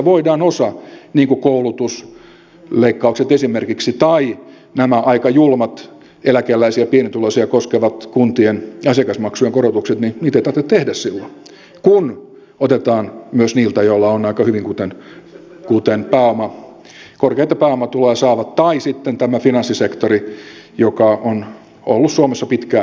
osaa niistä niin kuin koulutusleikkaukset esimerkiksi tai nämä aika julmat eläkeläisiä ja pienituloisia koskevat kuntien asiakasmaksujen korotukset ei tarvitse tehdä silloin kun otetaan myös niiltä joilla on aika hyvin kuten korkeita pääomatuloja saavat tai sitten tämä finanssisektori joka on ollut suomessa pitkään hyvin aliverotettu